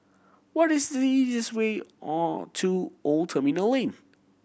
what is the easiest way or to Old Terminal Lane